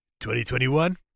2021